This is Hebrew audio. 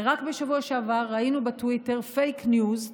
רק בשבוע שעבר ראינו בטוויטר פייק ניוז,